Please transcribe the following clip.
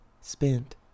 spent